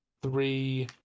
three